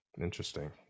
Interesting